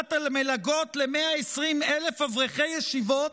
להגדלת המלגות ל-120,000 אברכי ישיבות,